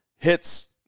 hits